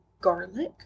garlic